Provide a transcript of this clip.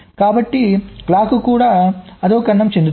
కాబట్టి క్లాక్ కూడా అధోకరణం చెందుతుంది